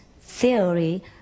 theory